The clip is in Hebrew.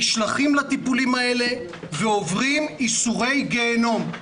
נשלחים לטיפולים האלה ועוברים ייסורי גיהינום.